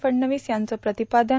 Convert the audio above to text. फडणवीस यांचं प्रतिपादन